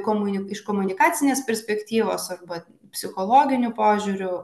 komuni iš komunikacinės perspektyvos arba psichologiniu požiūriu